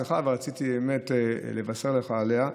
רציתי באמת לבשר לך עליה.